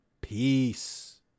Peace